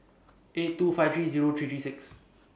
eight two five three Zero three three six